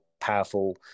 powerful